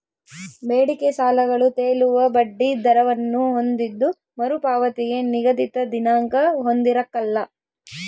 ಬೇಡಿಕೆ ಸಾಲಗಳು ತೇಲುವ ಬಡ್ಡಿ ದರವನ್ನು ಹೊಂದಿದ್ದು ಮರುಪಾವತಿಗೆ ನಿಗದಿತ ದಿನಾಂಕ ಹೊಂದಿರಕಲ್ಲ